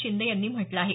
शिंदे यांनी म्हटलं आहे